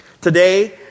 Today